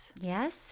Yes